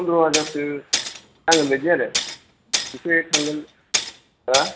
पन्द्र हाजारसो नांगोन बादि आरो एसे थांगोन हो